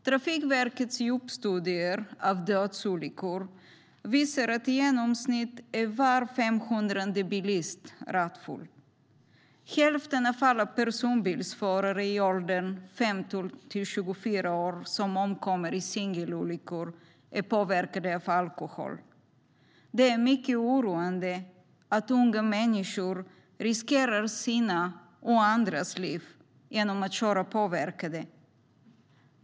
Trafikverkets djupstudier av dödsolyckor visar att i genomsnitt var 500:e bilist kör rattfull. Hälften av alla personbilsförare i åldern 15-24 år som omkommer i singelolyckor är påverkade av alkohol. Det är mycket oroande att unga människor riskerar sina och andras liv genom att köra påverkade.